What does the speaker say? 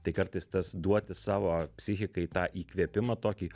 tai kartais tas duoti savo psichikai tą įkvėpimą tokį